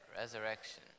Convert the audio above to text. resurrection